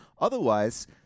Otherwise